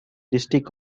district